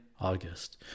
August